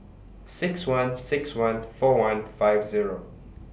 six one six one four one five Zero